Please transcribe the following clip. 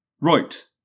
right